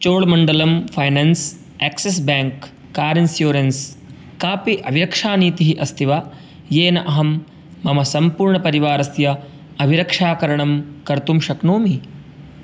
Cholamandalam finance Axis bank car insurance कापि अव्यक्षानीतिः अस्ति वा येन अहं मम सम्पूर्णपरिवारस्य अविरक्षाकरणं कर्तुं शक्नोमि